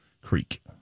Creek